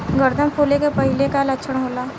गर्दन फुले के पहिले के का लक्षण होला?